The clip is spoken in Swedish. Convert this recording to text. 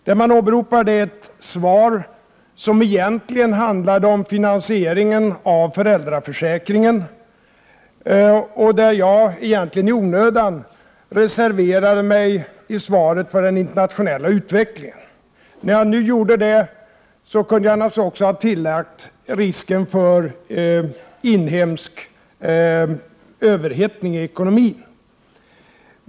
De åberopade ett svar som egentligen handlade om finansieringen av föräldraförsäkringen, i vilket jag, egentligen helt i onödan, reserverade mig för den internationella utvecklingen. När jag gjorde det kunde jag naturligtvis även ha reserverat mig för risken för en inhemsk överhettning i ekonomin.